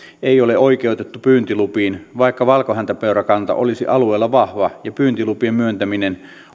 ei ole oikeutettu pyyntilupiin vaikka valkohäntäpeurakanta olisi alueella vahva ja pyyntilupien myöntäminen